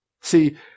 See